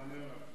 מענה על הכול.